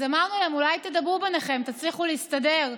אז אמרנו להם: אולי תדברו ביניכם, תצליחו להסתדר.